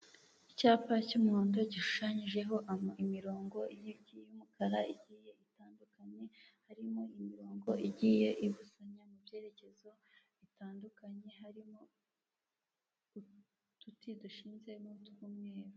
Icyapa cy'umuhondo gishushanyijeho imirongo y'umukara igiye itandukanye harimo imirongo igiye ibusanya mu byerekezo bitandukanye harimo uduti dushinze n'utw'umweru.